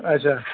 اَچھا